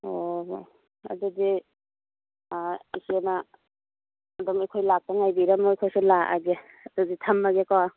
ꯑꯣ ꯑꯣ ꯑꯗꯨꯗꯤ ꯏꯆꯦꯅ ꯑꯗꯨꯝ ꯑꯩꯈꯣꯏ ꯂꯥꯛꯄ ꯉꯥꯏꯕꯤꯔꯝꯃꯣ ꯑꯩꯈꯣꯏꯁꯨ ꯂꯥꯛꯑꯒꯦ ꯑꯗꯨꯗꯤ ꯊꯝꯃꯒꯦꯀꯣ